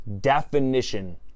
definition